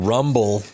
Rumble